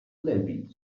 lewicy